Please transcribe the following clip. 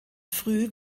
früh